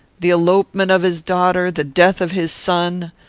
the elopement of his daughter the death of his son.